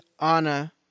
Anna